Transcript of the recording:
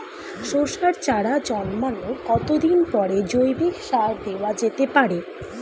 শশার চারা জন্মানোর কতদিন পরে জৈবিক সার দেওয়া যেতে পারে?